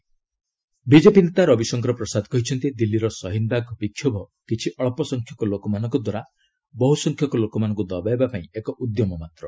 Ravishankar Prasad BJP ନେତା ରବିଶଙ୍କର ପ୍ରସାଦ କହିଛନ୍ତି ଦିଲ୍ଲୀର ସହିନବାଗ ବିକ୍ଷୋଭ କିଛି ଅଞ୍ଚ ସଂଖ୍ୟକ ଲୋକମାନଙ୍କ ଦ୍ୱାରା ବହୁ ସଂଖ୍ୟକ ଲୋକଙ୍କୁ ଦବାଇବା ପାଇଁ ଏକ ଉଦ୍ୟମ ମାତ୍ର